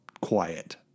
quiet